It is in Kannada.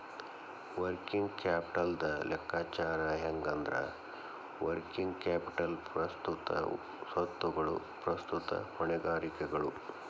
ವರ್ಕಿಂಗ್ ಕ್ಯಾಪಿಟಲ್ದ್ ಲೆಕ್ಕಾಚಾರ ಹೆಂಗಂದ್ರ, ವರ್ಕಿಂಗ್ ಕ್ಯಾಪಿಟಲ್ ಪ್ರಸ್ತುತ ಸ್ವತ್ತುಗಳು ಪ್ರಸ್ತುತ ಹೊಣೆಗಾರಿಕೆಗಳು